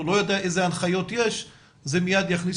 הוא לא יודע איזה הנחיות יש וזה מיד יכניס